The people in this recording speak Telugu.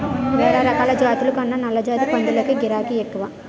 వేలరకాల జాతుల కన్నా నల్లజాతి పందులకే గిరాకే ఎక్కువ